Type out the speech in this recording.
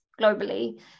globally